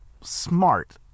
smart